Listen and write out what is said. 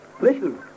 Listen